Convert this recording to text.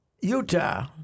Utah